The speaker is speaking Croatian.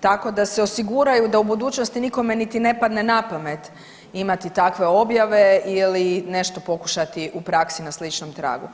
tako da se osiguraju da u budućnosti nikome niti ne padne napamet imati takve objave ili nešto pokušati u praksi na sličnom tragu.